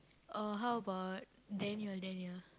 uh how about Daniel Daniel